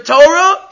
Torah